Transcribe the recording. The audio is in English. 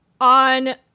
on